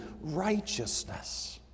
righteousness